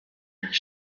nach